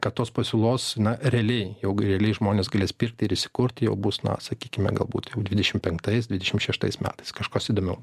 kad tos pasiūlos na realiai jau realiai žmonės galės pirkti ir įsikurti jau bus na sakykime galbūt jau dvidešim penktais dvidešim šeštais metais kažkas įdomiau